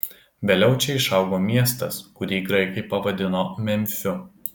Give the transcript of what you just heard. vėliau čia išaugo miestas kurį graikai pavadino memfiu